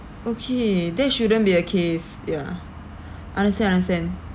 okay there shouldn't be a case ya understand understand